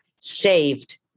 saved